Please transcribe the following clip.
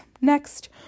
Next